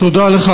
תודה לך,